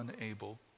unable